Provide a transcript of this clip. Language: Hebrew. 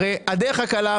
הדרך הקלה,